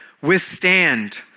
withstand